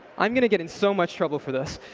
i'm going to get in so much trouble for this.